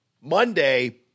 Monday